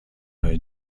های